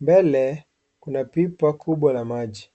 mbele kuna pipa kubwa la maji.